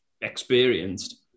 experienced